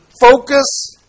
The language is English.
focus